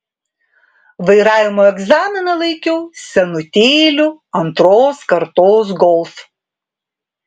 vairavimo egzaminą laikiau senutėliu antros kartos golf